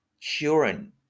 children